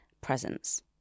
presence